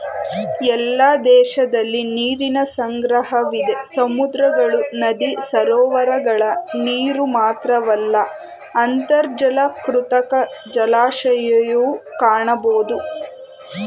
ಎಲ್ಲ ದೇಶದಲಿ ನೀರಿನ ಸಂಗ್ರಹವಿದೆ ಸಮುದ್ರಗಳು ನದಿ ಸರೋವರಗಳ ನೀರುಮಾತ್ರವಲ್ಲ ಅಂತರ್ಜಲ ಕೃತಕ ಜಲಾಶಯನೂ ಕಾಣಬೋದು